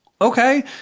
okay